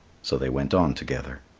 so they went on together.